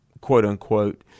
quote-unquote